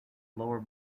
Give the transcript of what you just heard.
lower